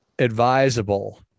advisable